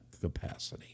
capacity